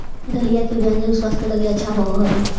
दलिया के व्यंजन स्वास्थ्य लगी अच्छा होवऽ हई